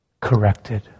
corrected